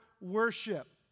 worship